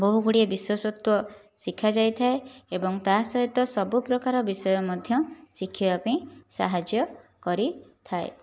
ବହୁ ଗୁଡ଼ିଏ ବିଶେଷତ୍ଵ ଶିଖାଯାଇଥାଏ ଏବଂ ତା' ସହିତ ସବୁ ପ୍ରକାର ବିଷୟ ମଧ୍ୟ ଶିଖାଇବା ପାଇଁ ସାହାଯ୍ୟ କରିଥାଏ